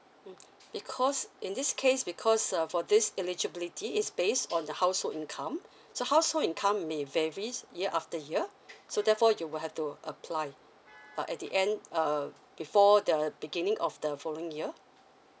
mm because in this case because uh for this eligibility is base on the household income so household income may varies year after year so therefore you will have to apply uh at the end um before the beginning of the following year